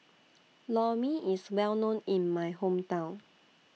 Lor Mee IS Well known in My Hometown